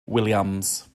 williams